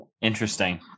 Interesting